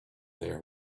there